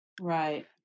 Right